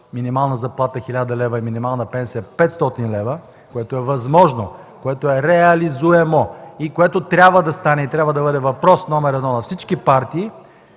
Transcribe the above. минималната заплата – 1000 лв. и минимална пенсия – 500 лв.? Това е възможно, това е реализируемо, то трябва да стане и трябва да бъде въпрос номер едно на всички партии.